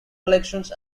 collections